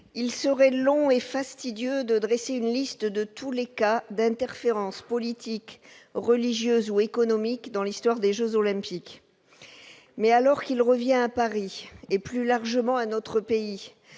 il serait long et fastidieux de dresser une liste de tous les cas d'interférences politiques, religieuses ou économiques dans l'histoire des Jeux olympiques, mais alors qu'il revient à Paris et plus largement à notre pays